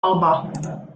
alba